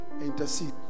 Intercede